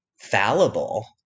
fallible